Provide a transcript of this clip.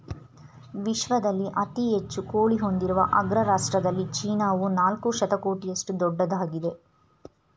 ವಿಶ್ವದಲ್ಲಿ ಅತಿ ಹೆಚ್ಚು ಕೋಳಿ ಹೊಂದಿರುವ ಅಗ್ರ ರಾಷ್ಟ್ರದಲ್ಲಿ ಚೀನಾವು ನಾಲ್ಕು ಶತಕೋಟಿಯಷ್ಟು ದೊಡ್ಡದಾಗಿದೆ